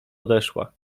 odeszła